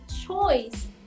choice